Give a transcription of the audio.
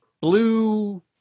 blue